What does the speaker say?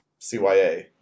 CYA